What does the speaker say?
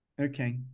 Okay